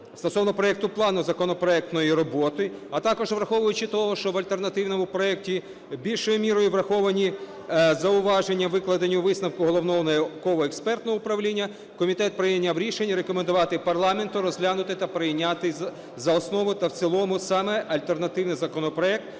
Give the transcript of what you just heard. стосовно проекту плану законопроектної роботи, а також враховуючи те, що в альтернативному проекті більшою мірою враховані зауваження, викладені у висновку Головного науково-експертного управління, комітет прийняв рішення рекомендувати парламенту розглянути та прийняти за основу та в цілому саме альтернативний законопроект